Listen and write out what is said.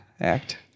act